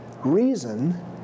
reason